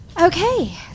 Okay